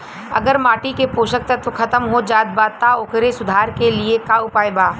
अगर माटी के पोषक तत्व खत्म हो जात बा त ओकरे सुधार के लिए का उपाय बा?